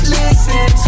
Listen